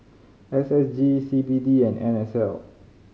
S S G C B D and N S L